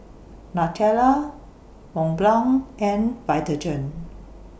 Nutella Mont Blanc and Vitagen